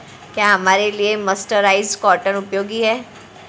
क्या हमारे लिए मर्सराइज्ड कॉटन उपयोगी है?